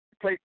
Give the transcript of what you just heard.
Play